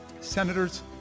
Senators